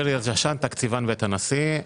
אני תקציבן בית הנשיא.